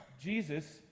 Jesus